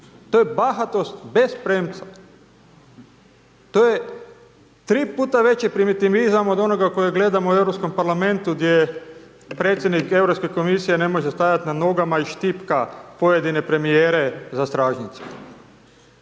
to je bahatost bez premca. To je tri puta veće primitivizam od onoga koji gledamo u Europskom parlamentu, gdje predsjednik Europske komisije ne može stajati na nogama i štipka pojedine premjere za stražnjicu.